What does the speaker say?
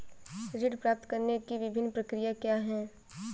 ऋण प्राप्त करने की विभिन्न प्रक्रिया क्या हैं?